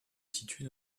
situe